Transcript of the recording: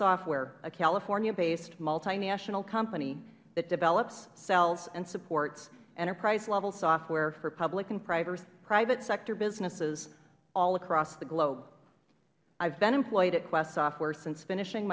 software a california based multinational company that develops sells and supports enterprise level software for public and private sector businesses all across the globe i have been employed at quest software since finishing